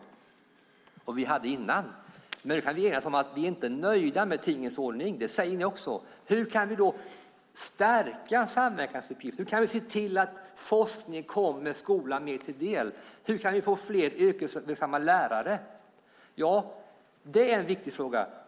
Vi hade den innan. Då kan vi enas om att vi inte är nöjda med tingens ordning. Det säger ni också. Hur kan vi då stärka samverkansuppgiften? Hur kan vi se till att forskning kommer skolan mer till del? Hur kan vi få fler yrkesverksamma lärare? Det är en viktig fråga.